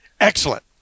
Excellent